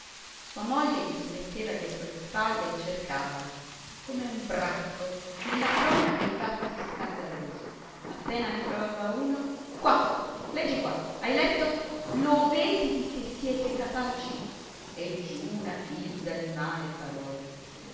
sua moglie gli si metteva dietro le spalle e cercava come un bracco nella cronaca i fatti scandalosi appena ne trovava uno qua leggi qua hai letto lo vedi di che siete capaci e giù una filza di male parole